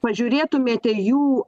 pažiūrėtumėte jų